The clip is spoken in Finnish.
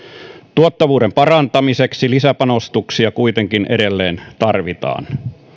tuottavuuden parantamiseksi lisäpanostuksia kuitenkin edelleen tarvitaan